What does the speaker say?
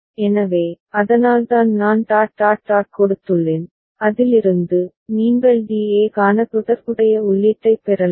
எனவே அதனால்தான் நான் டாட் டாட் டாட் கொடுத்துள்ளேன் அதிலிருந்து நீங்கள் DA க்கான தொடர்புடைய உள்ளீட்டைப் பெறலாம்